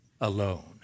alone